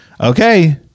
Okay